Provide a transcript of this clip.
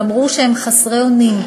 ואמרו שהם חסרי אונים.